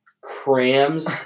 crams